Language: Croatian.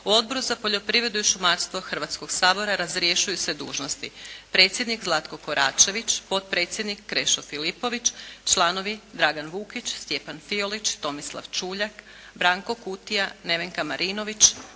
U Odboru za poljoprivredu i šumarstvo Hrvatskog sabora razrješuju se dužnosti predsjednik Zlatko Koračević, potpredsjednik Krešo Filipović, članovi Dragan Vukić, Stjepan Fiolić, Tomislav Čuljak, Branko Kutija, Nevenka Marinović,